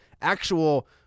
actual